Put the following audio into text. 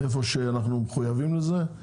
איפה שאנחנו מחויבים לזה.